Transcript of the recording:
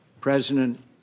president